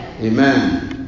Amen